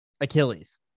Achilles